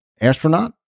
astronaut